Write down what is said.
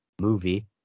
movie